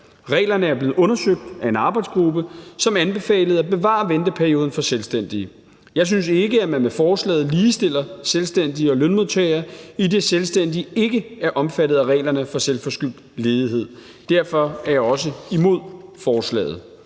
Reglerne er blevet undersøgt af en arbejdsgruppe, som anbefalede at bevare venteperioden for selvstændige. Jeg synes ikke, at man med forslaget ligestiller selvstændige og lønmodtagere, idet selvstændige ikke er omfattet af reglerne for selvforskyldt ledighed. Derfor er jeg også imod forslaget.